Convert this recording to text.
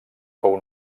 fou